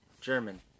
German